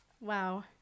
Wow